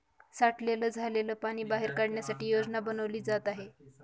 साठलेलं झालेल पाणी बाहेर काढण्यासाठी योजना बनवली जात आहे